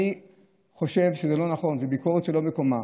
אני חושב שזה לא נכון, זו ביקורת שלא במקומה.